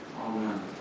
Amen